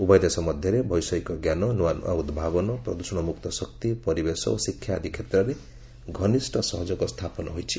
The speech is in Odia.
ଉଭୟ ଦେଶ ମଧ୍ୟରେ ବୈଷୟିକଞ୍ଜାନ ନୂଆନୂଆ ଉଭାବନ ପ୍ରଦୂଷଣମୁକ୍ତ ଶକ୍ତି ପରିବେଶ ଓ ଶିକ୍ଷା ଆଦି କ୍ଷେତ୍ରରେ ଘନିଷ୍ଠ ସହଯୋଗ ସ୍ଥାପନ ହୋଇଛି